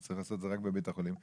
צריך לעשות את זה רק בבית החולים.